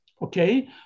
Okay